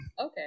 Okay